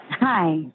Hi